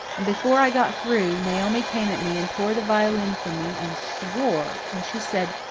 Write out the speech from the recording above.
and before i got through, naomi came at me, and tore the violin from me, and swore. and she said,